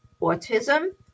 autism